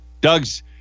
Doug's